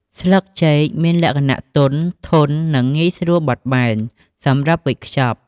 ស្លឹកចេកមានលក្ខណៈ ទន់ ធន់ និងងាយស្រួលបត់បែន សម្រាប់វេចខ្ចប់។